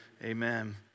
Amen